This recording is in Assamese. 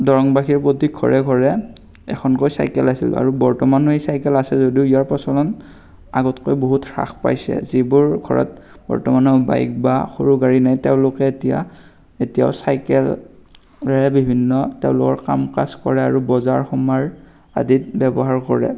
দৰংবাসীৰ প্ৰতি ঘৰে ঘৰে এখনকৈ চাইকেল আছিল আৰু বৰ্তমানো এই চাইকেল আছে যদিও ইয়াৰ প্ৰচলন আগতকৈ বহুত হ্ৰাস পাইছে যিবোৰ ঘৰত বৰ্তমানেও বাইক বা সৰু গাড়ী নাই তেওঁলোকে এতিয়া এতিয়াও চাইকেলেৰে বিভিন্ন তেওঁলোকৰ কাম কাজ কৰে আৰু বজাৰ সমাৰ আদিত ব্যৱহাৰ কৰে